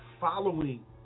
following